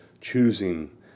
choosing